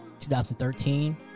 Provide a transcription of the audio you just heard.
2013